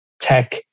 tech